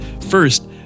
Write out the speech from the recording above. first